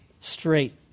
straight